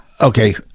Okay